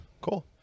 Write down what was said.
Cool